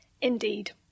Indeed